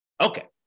Okay